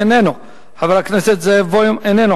איננו,